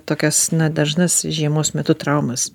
tokias dažnas žiemos metu traumas